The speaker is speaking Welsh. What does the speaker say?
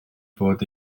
bod